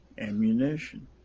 Ammunition